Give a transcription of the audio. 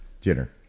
Jenner